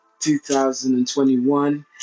2021